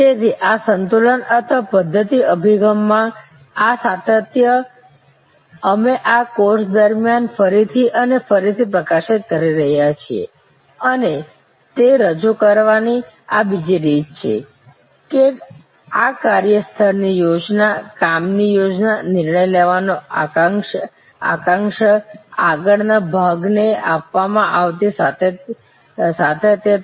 તેથી આ સંતુલન અથવા પદ્ધત્તિ અભિગમમાં આ સાતત્ય અમે આ કોર્સ દરમિયાન ફરીથી અને ફરીથી પ્રકાશિત કરી રહ્યા છીએ અને તે રજૂ કરવાની આ બીજી રીત છે કે આ કાર્યસ્થળની યોજના કામ ની યોજના નિર્ણય લેવાનું અક્ષાંશ આગળના ભાગને આપવામાં આવતી સ્વાયત્તતા